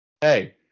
Hey